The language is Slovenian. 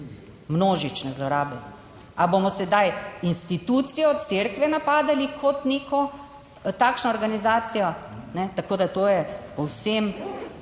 množične zlorabe. Ali bomo sedaj institucijo Cerkve napadali kot neko takšno organizacijo? Tako je to povsem